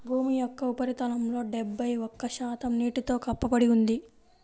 భూమి యొక్క ఉపరితలంలో డెబ్బై ఒక్క శాతం నీటితో కప్పబడి ఉంది